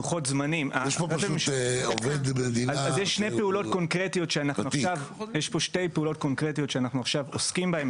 אז יש שתי פעולות קונקרטיות שאנחנו עכשיו עוסקים בהן.